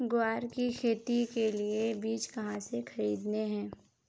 ग्वार की खेती के लिए बीज कहाँ से खरीदने हैं?